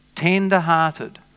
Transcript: tender-hearted